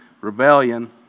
rebellion